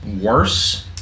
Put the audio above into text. worse